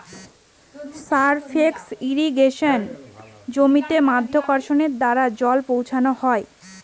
surface ইর্রিগেশনে জমিতে মাধ্যাকর্ষণের দ্বারা জল পৌঁছানো হয়